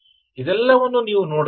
ಇದೆಲ್ಲವನ್ನೂ ನೀವು ನೋಡಬೇಕು